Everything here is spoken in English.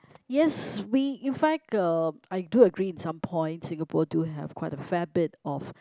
yes we in fact uh I do agree in some points Singapore do have quite a fair bit of